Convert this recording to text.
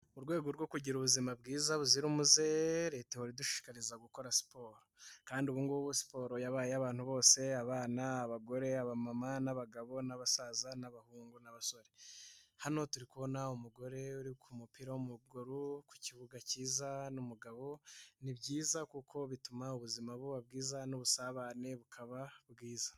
Mu rwego rwo kugira ubuzima bwiza buzira umuze Leta ihora idushishikariza gukora siporo kandi ubu ngubu siporo yabaye abantu bose: abana, abagore, abamama n'abagabo n'abasaza n'abahungu n'abasore, hano turi kubona umugore uri ku mupira w'amaguru ku kibuga kiza n'umugabo, ni byiza kuko bituma ubuzima buba bwiza n'ubusabane bukaba bwiza.